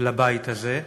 לבית הזה.